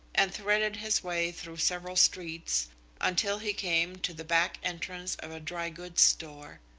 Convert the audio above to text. and threaded his way through several streets until he came to the back entrance of a dry goods store.